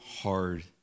hard